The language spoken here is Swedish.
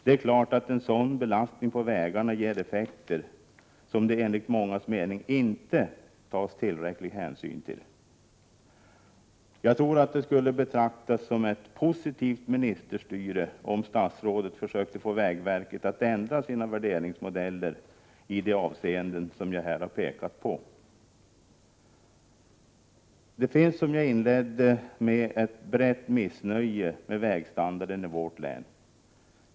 Det är klart att en sådan belastning på vägarna ger effekter, som det enligt mångas mening inte tas tillräcklig hänsyn till. Jag tror att det skulle betraktas som ett positivt ministerstyre om statsrådet försökte få vägverket att ändra sina värderingsmodeller i de avseenden som jag här har pekat på. Det finns, som jag inledningsvis sade, ett brett missnöje med vägstandarden i vårt län.